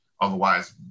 Otherwise